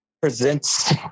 presents